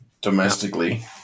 domestically